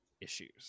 issues